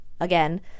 again